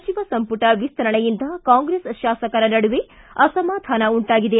ಸಚಿವ ಸಂಪುಟ ವಿಸ್ತರಣೆಯಿಂದ ಕಾಂಗ್ರೆಸ್ ಶಾಸಕರ ನಡುವೆ ಅಸಮಾಧಾನ ಉಂಟಾಗಿದೆ